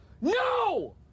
no